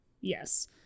Yes